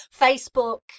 Facebook